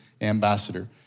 ambassador